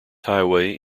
highway